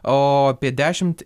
o apie dešimt